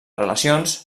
relacions